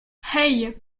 hey